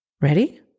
Ready